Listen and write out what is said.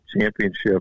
championship